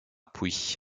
puits